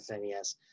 NES